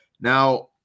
Now